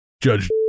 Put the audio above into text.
Judge